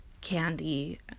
candy